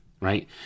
right